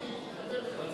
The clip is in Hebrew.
על-פי התקנון,